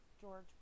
George